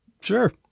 Sure